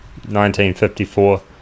1954